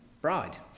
bride